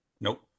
Nope